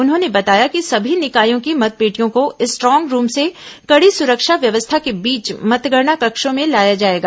उन्होंने बताया कि सभी निकायों की मतपेटियों को स्ट्रांग रूम से कड़ी सुरक्षा व्यवस्था के बीच मतगणना कक्षों में लाया जाएगा